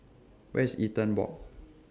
Where IS Eaton Walk